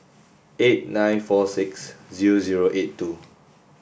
eight nine four six zero zero eight two